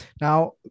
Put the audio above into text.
Now